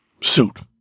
suit